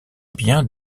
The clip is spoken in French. biens